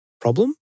problem